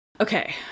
okay